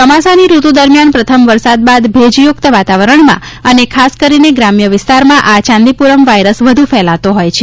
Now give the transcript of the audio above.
ચોમાસાની ઋતુ દરમિયાન પ્રથમ વરસાદ બાદ ભેજયુકત વાતાવરણમાં અને ખાસ કરીને ગ્રામ્ય વિસ્તારમાં આ ચાંદીપુરમ વાયરસ વધુ ફેલાતો હોય છે